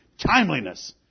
timeliness